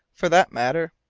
for that matter.